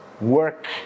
work